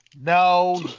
No